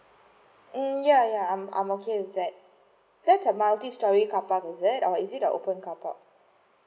mm ya ya I'm I'm okay with that there's a multi storey carpark is it or is it open car park